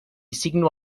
signo